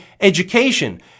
education